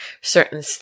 certain